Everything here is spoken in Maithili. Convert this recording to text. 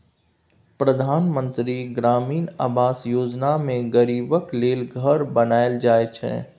परधान मन्त्री ग्रामीण आबास योजना मे गरीबक लेल घर बनाएल जाइ छै